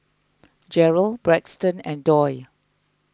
Jeryl Braxton and Doyle